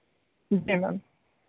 जी ma'am